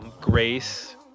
Grace